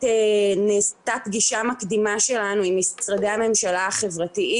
לבדוק מגמות לאורך זמן,